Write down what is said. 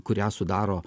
kurią sudaro